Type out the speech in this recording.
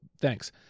thanks